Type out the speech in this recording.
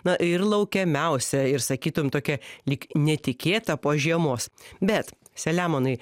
na ir laukiamiausia ir sakytum tokia lyg netikėta po žiemos bet selemonai